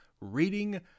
reading